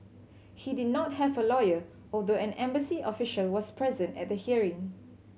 he did not have a lawyer although an embassy official was present at the hearing